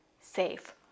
safe